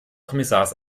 kommissars